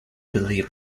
believe